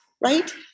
right